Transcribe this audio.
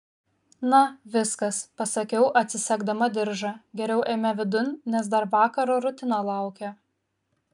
na viskas pasakiau atsisegdama diržą geriau eime vidun nes dar vakaro rutina laukia